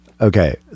Okay